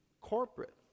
corporate